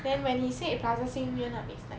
then when he said plaza sing end up it's like